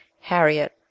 Harriet